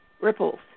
Ripples